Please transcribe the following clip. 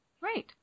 Right